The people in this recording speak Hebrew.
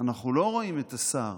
אנחנו לא רואים את השר